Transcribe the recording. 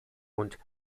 und